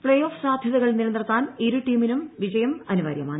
play off സാധ്യതകൾ നിലനിർത്താൻ ഇരു ടീമിനും വിജയം അനിവാര്യമാണ്